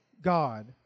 God